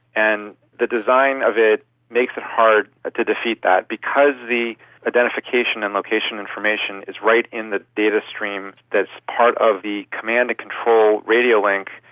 and the design of it makes it hard to defeat that. because the identification and location information is right in the data stream that is part of the command and control radio link,